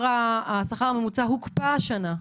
השכר הממוצע הוקפא השנה.